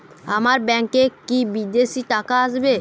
আমার ব্যংকে কি বিদেশি টাকা আসবে?